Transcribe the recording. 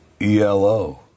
ELO